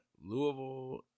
Louisville